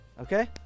Okay